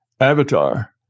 avatar